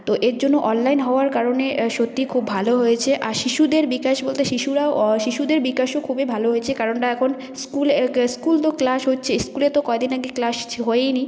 তো এর জন্য অনলাইন হওয়ার কারণে সত্যিই খুব ভালো হয়েছে আর শিশুদের বিকাশ বলতে শিশুরাও শিশুদের বিকাশও খুবই ভালো হয়েছে কারণটা এখন স্কুল স্কুল তো ক্লাস হচ্ছে স্কুলে তো কয়দিন আগে ক্লাস হয়ইনি